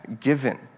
given